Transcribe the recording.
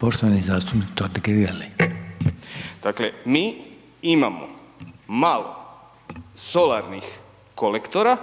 **Totgergeli, Miro (HDZ)** Dakle mi imamo malo solarnih kolektora,